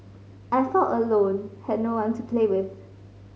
I felt alone had no one to play with